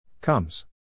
Comes